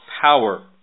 power